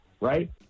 right